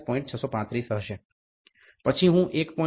635 હશે પછી હું 1